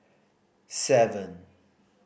seven